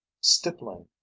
stippling